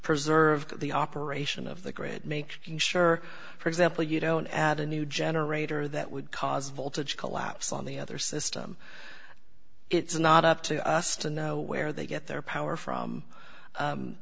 preserve the operation of the grid make sure for example you don't add a new generator that would cause a voltage collapse on the other system it's not up to us to know where they get their power from